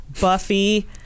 Buffy